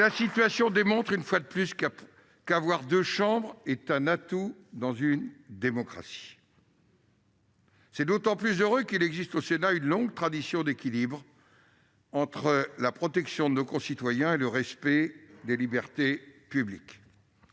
La situation démontre une fois de plus qu'avoir deux chambres est un atout, dans une démocratie. Bien sûr ! C'est d'autant plus heureux qu'il existe au Sénat une longue tradition d'équilibre entre la protection de nos concitoyens et le respect des libertés publiques.